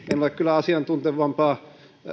asiantuntevampaa